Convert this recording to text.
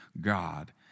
God